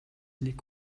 нэг